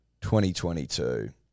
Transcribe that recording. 2022